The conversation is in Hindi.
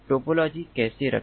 टोपोलॉजी कैसे रखें